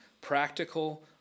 practical